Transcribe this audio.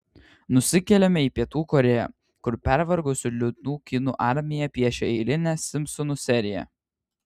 nusikeliame į pietų korėją kur pervargusių liūdnų kinų armija piešia eilinę simpsonų seriją